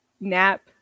nap